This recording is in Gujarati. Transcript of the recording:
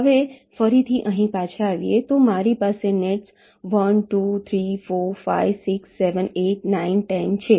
હવે ફરીથી અહીં પાછા જઈએ તો મારી પાસે નેટ્સ 1 2 3 4 5 6 7 8 9 10 છે